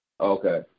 Okay